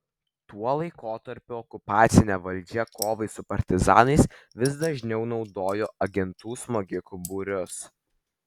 tuo laikotarpiu okupacinė valdžia kovai su partizanais vis dažniau naudojo agentų smogikų būrius